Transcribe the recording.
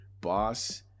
Boss